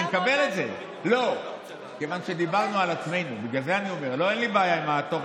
אני לא מבינה למה.